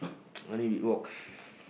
I only beatbox